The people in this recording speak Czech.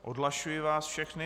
Odhlašuji vás všechny.